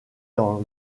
dans